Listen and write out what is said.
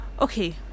okay